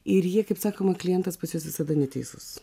ir jie kaip sakoma klientas pas jus visada neteisus